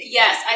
yes